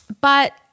But-